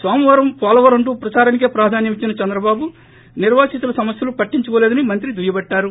నోమవారం పోలవరం అంటూ ప్రచారానికే ప్రాధాన్యమిచ్చిన చంద్రబాబు నిర్యాసితుల సమస్యలు పట్టించుకొలేదని మంత్రి దుయ్యబట్టారు